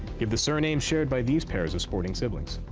give the surname shared by these pairs of sporting siblings.